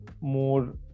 more